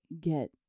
get